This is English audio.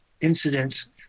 incidents